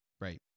right